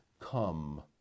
come